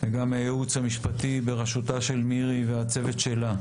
גם מהייעוץ המשפטי, בראשות מירי, וצוותה,